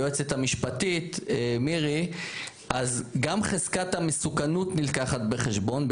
היועצת המשפטית גם חזקת המסוכנות נלקחת בחשבון,